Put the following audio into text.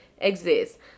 exist